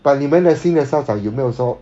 but 你们的新的校长有没有说